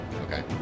Okay